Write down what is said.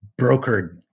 brokered